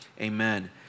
Amen